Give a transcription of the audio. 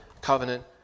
covenant